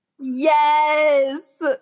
Yes